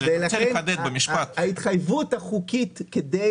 אבל אני רוצה לחדד במשפט --- ההתחייבות החוקית כדי